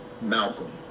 Malcolm